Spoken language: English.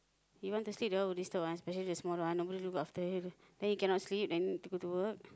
you want to sleep they all will disturb one especially the small one nobody look after him then he cannot sleep then people do work